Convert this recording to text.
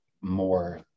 more